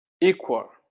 equal